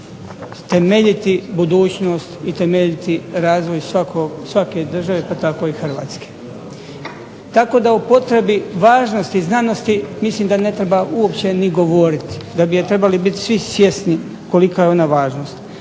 temeljiti budućnost i temeljiti razvoj svake države, pa tako i Hrvatske. Tako da o potrebi važnosti znanosti mislim da ne treba uopće ni govoriti, da bi je trebali biti svi svjesni kolika je ona važnost.